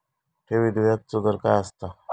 ठेवीत व्याजचो दर काय असता?